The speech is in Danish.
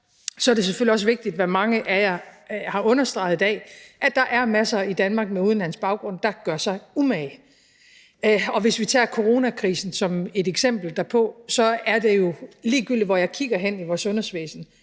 er det selvfølgelig også vigtigt, hvad mange af jer har understreget i dag, nemlig at der er masser i Danmark med udenlandsk baggrund, der gør sig umage. Og hvis vi tager coronakrisen som et eksempel derpå, er der jo, ligegyldigt hvor jeg kigger hen i vores sundhedsvæsen,